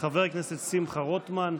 חבר הכנסת שמחה רוטמן.